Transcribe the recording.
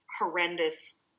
horrendous